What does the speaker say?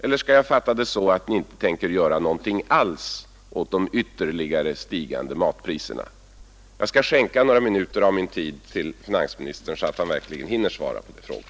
Eller skall jag fatta det så att ni inte tänker göra någonting alls åt de ytterligare stigande matpriserna? Jag skall skänka några minuter av min repliktid åt finansministern, så att han får tid att svara på frågan.